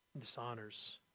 dishonors